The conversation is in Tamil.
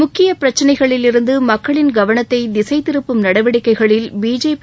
முக்கிய பிரச்சினைகளில் இருந்து மக்களின் கவனத்தை திசை திருப்பும் நடவடிக்கைகளில் பிஜேபி